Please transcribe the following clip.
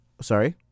Sorry